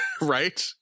right